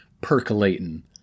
percolating